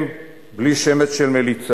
הם, בלי שמץ של מליצה,